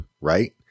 right